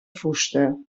fusta